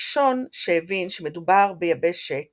הראשון שהבין שמדובר ביבשת